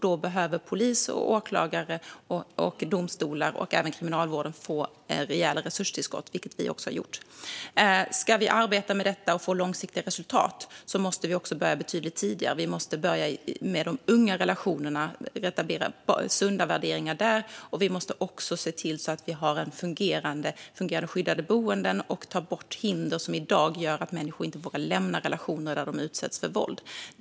Då behöver polis, åklagare, domstolar och även kriminalvården få rejäla resurstillskott, vilket vi också har gett. Ska vi arbeta med detta och få långsiktiga resultat måste vi också börja betydligt tidigare. Vi måste börja med de ungas relationer och etablera sunda värderingar där. Vi måste också se till att vi har fungerande skyddade boenden och ta bort hinder som i dag gör att människor inte kan lämna relationer där de utsätts för våld.